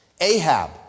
Ahab